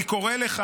אני קורא לך